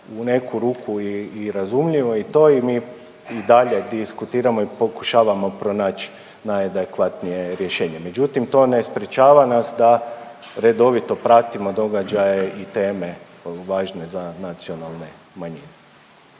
u neku ruku i razumljivo i to i mi i dalje diskutiramo i pokušavamo pronaći najadekvatnije rješenje, međutim to ne sprječava nas da redovito pratimo događaje i teme važne za nacionalne manjine.